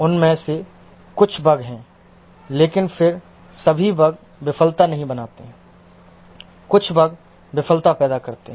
उनमें से कुछ बग हैं लेकिन फिर सभी बग विफलता नहीं बनाते हैं कुछ बग विफलता पैदा करते हैं